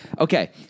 Okay